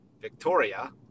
Victoria